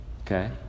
Okay